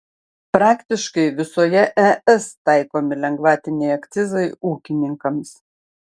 praktiškai visoje es taikomi lengvatiniai akcizai ūkininkams